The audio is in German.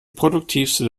produktivste